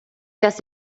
час